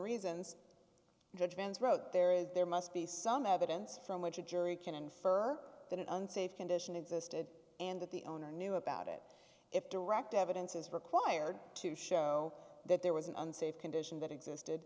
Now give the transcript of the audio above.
reasons judgments wrote there is there must be some evidence from which a jury can infer that an unsafe condition existed and that the owner knew about it if direct evidence is required to show that there was an unsafe condition that existed